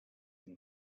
and